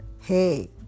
hey